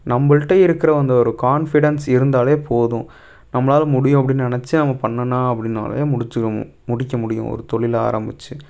நம்மள்கிட்ட இருக்கிற வ அந்த ஒரு கான்ஃபிடென்ஸ் இருந்தாலே போதும் நம்மளால முடியும் அப்படின் நினச்சி அவங்க பண்ணணுனா அப்படின்னாலே முடிச்சிக்க மு முடிக்க முடியும் ஒரு தொழிலை ஆரமிச்சு